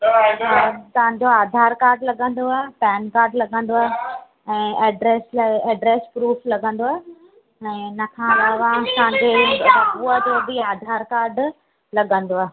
तव्हांजो आधार कार्ड लॻंदोव PAN card लॻंदव ऐं एड्रेस लाइ एड्रेस प्रूफ लॻंदव ऐं हिनखां सवाइ तव्हांजे बबूअ जो बि आधार कार्ड लॻंदव